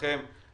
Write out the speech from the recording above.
לכם,